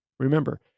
Remember